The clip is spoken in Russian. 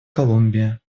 колумбия